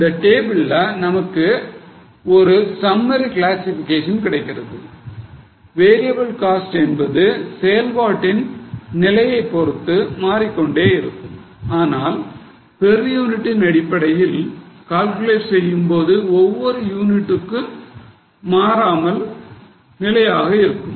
இந்த டேபிள்ள இருந்து நமக்கு ஒரு summary classification கிடைக்கிறது variable cost என்பது செயல்பாட்டின் நிலையை பொறுத்து மாறிக்கொண்டே இருக்கும் ஆனால் per unit ன் அடிப்படையில் calculate செய்யும்போது ஒவ்வொரு யூனிட்டுக்கு மாறாமல் நிலையாக இருக்கும்